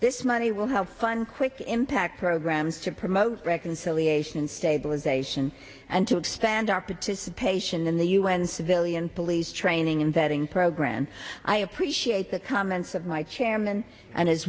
this money will help fund quick impact programs to promote reconciliation and stabilization and to expand our protest patient in the un civilian police training and vetting programme i appreciate the comments of my chairman and his